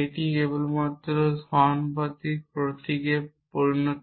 এটি কেবলমাত্র সমানুপাতিক প্রতীকে পরিণত হয়